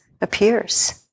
appears